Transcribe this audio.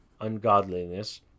ungodliness